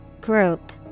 Group